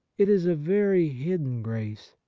it is a very hidden grace.